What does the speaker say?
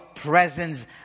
Presence